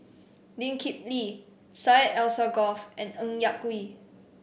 Lee Kip Lee Syed Alsagoff and Ng Yak Whee